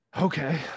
okay